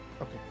Okay